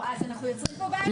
לא, אז אנחנו יוצרים פה בעיה.